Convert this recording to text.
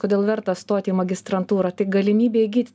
kodėl verta stot į magistrantūrą tai galimybė įgyt